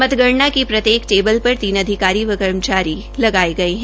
मतगणना की प्रत्येक टेबल पर तीन अधिकारी व कर्मचारी लगाए गए है